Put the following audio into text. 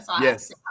Yes